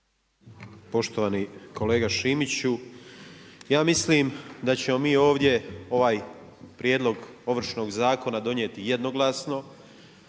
Poštovani kolega Šimiću, ja mislim da ćemo mi ovdje ovaj Prijedlog ovršnog zakona donijeti jednoglasno,